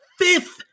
fifth